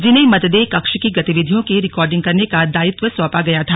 जिन्हें मतदेय कक्ष की गतिविधियों के रिकॉडिंग करने का दायित्व सौंपा गया था